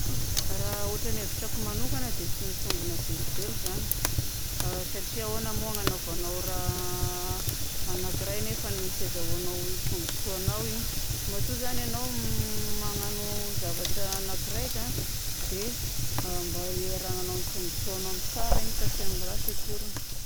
Raha ôtran'ny hevitrako manokagna dia tsy mitombina velively zany. Satria ahoana moa no agnaovanao raha anakiray nefany tsy azahoagnao tombontsoanao igny. Matoa zany ianao magnano zavatra anakiraika dia mba ieragnanao ny tombontsoanao amin'ny tsara igny fa tsy amin'ny ratsy akoriny.